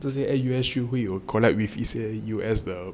那些 U_S three 会有 collab with 一些 U_S 的